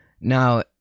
Now